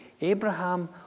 Abraham